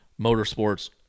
Motorsports